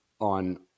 on